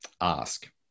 ask